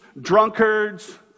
drunkards